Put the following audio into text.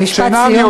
משפט סיום,